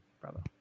bravo